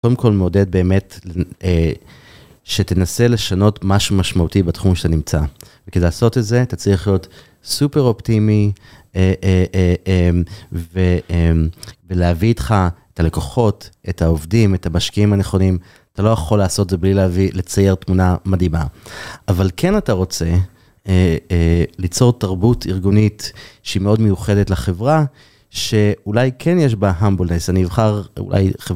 קודם כל, מעודד באמת שתנסה לשנות משהו משמעותי בתחום שאתה נמצא. כדי לעשות את זה, אתה צריך להיות סופר אופטימי, ולהביא איתך את הלקוחות, את העובדים, את המשקיעים הנכונים, אתה לא יכול לעשות את זה בלי הביא, לצייר תמונה מדהימה. אבל כן אתה רוצה ליצור תרבות ארגונית שהיא מאוד מיוחדת לחברה, שאולי כן יש בה המבלנס, אני אבחר, אולי,